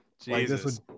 jesus